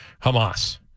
Hamas